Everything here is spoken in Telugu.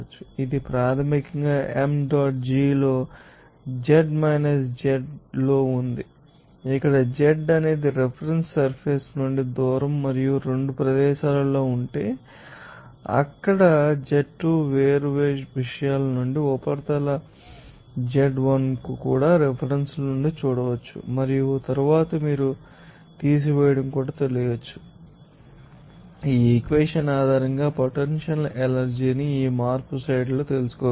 ఇది ప్రాథమికంగా m dot g లో z2 - z1 లో ఉంది ఇక్కడ z అనేది రిఫరెన్స్ సర్ఫెస్ నుండి దూరం మరియు 2 ప్రదేశాలలో ఉంటే అక్కడ z2 వేర్వేరు విషయాల నుండి ఉపరితల z1 ను కూడా రిఫరెన్సుల నుండి చూడవచ్చు మరియు తరువాత మీరు తీసివేయడం తెలుసు ఇది మీ మార్పు స్లైడ్లో ఇచ్చిన ఈ ఈక్వేషన్ ఆధారంగా పొటెన్షియల్ ఎనర్జీ ని తెలుసుకోగలదు